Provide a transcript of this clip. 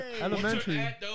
Elementary